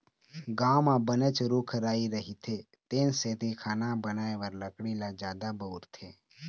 गाँव म बनेच रूख राई रहिथे तेन सेती खाना बनाए बर लकड़ी ल जादा बउरथे